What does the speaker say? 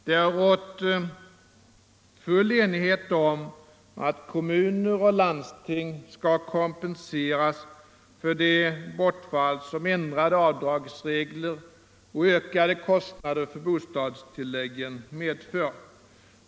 Det har rått full enighet om att kommuner och landsting skall kompenseras för det bortfall som ändrade avdragsregler och ökade kostnader för bostadstilläggen medför.